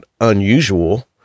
unusual